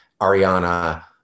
Ariana